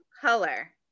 color